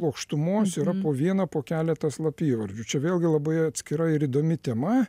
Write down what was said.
plokštumos yra po vieną po keletą slapyvardžių čia vėlgi labai atskira ir įdomi tema